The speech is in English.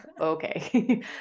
okay